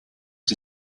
que